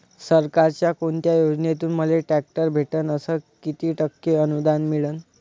सरकारच्या कोनत्या योजनेतून मले ट्रॅक्टर भेटन अस किती टक्के अनुदान मिळन?